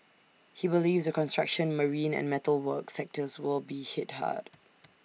he believes the construction marine and metal work sectors will be hit hard